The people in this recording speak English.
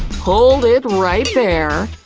hold it right there.